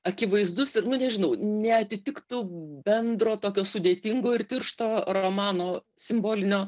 akivaizdus ir nu nežinau neatitiktų bendro tokio sudėtingo ir tiršto romano simbolinio